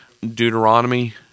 Deuteronomy